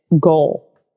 goal